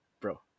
Bro